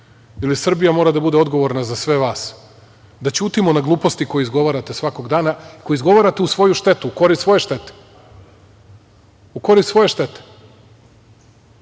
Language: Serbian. ili Srbija mora da bude odgovorna za sve vas? Da ćutimo na gluposti koje izgovarate svakog dana, koje izgovarate u svoju štetu, u korist svoje štete i da se